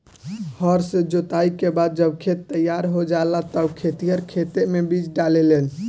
हर से जोताई के बाद जब खेत तईयार हो जाला तब खेतिहर खेते मे बीज डाले लेन